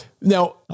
Now